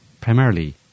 primarily